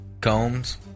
Combs